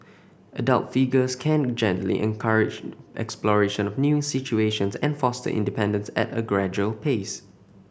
adult figures can gently encourage exploration of new situations and foster independence at a gradual pace